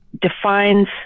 defines